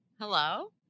hello